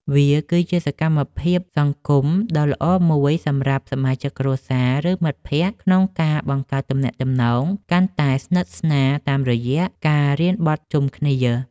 វាគឺជាសកម្មភាពសង្គមដ៏ល្អមួយសម្រាប់សមាជិកគ្រួសារ ឬមិត្តភក្តិ ក្នុងការបង្កើតទំនាក់ទំនងកាន់តែស្និទ្ធស្នាលតាមរយៈការរៀនបត់ជុំគ្នា។